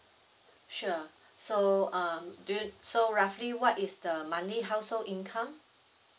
sure so uh do you so roughly what is the monthly household income